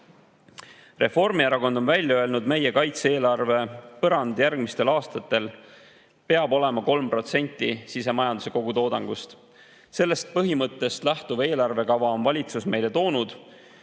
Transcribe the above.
tõestanud. Reformierakond on välja öelnud, et meie kaitse-eelarve põrand järgmistel aastatel peab olema 3% sisemajanduse kogutoodangust. Sellest põhimõttest lähtuva eelarve kava on valitsus meile toonud.